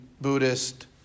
Buddhist